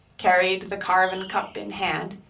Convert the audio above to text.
carried the carven cup in hand,